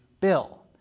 bill